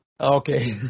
Okay